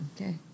Okay